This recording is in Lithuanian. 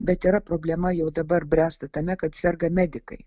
bet yra problema jau dabar bręsta tame kad serga medikai